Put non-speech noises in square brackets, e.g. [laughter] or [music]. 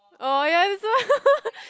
oh ya is so [laughs]